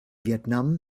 vietnam